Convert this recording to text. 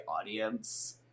audience